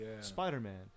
Spider-Man